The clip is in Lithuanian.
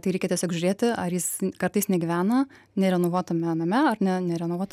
tai reikia tiesiog žiūrėti ar jis kartais negyvena nerenovuotame name ar ne nerenovuota